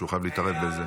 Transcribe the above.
שהוא חייב להתערב בזה.